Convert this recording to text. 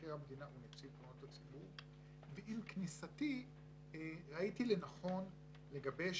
כמבקר המדינה וכנציב תלונות הציבור ועם כניסתי ראיתי לנכון לגבש